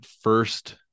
first